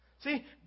See